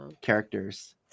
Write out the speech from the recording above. characters